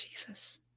Jesus